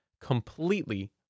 completely